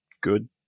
good